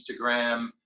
Instagram